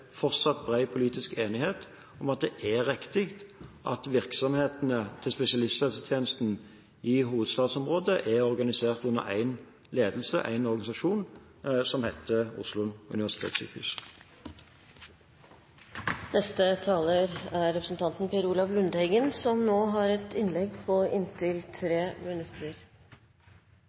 politisk enighet om at det er riktig at virksomhetene til spesialisthelsetjenesten i hovedstadsområdet er organisert under én ledelse, én organisasjon, som heter Oslo universitetssykehus. De talere som heretter får ordet, har en taletid på inntil 3 minutter.